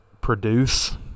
produce